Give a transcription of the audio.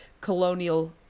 colonial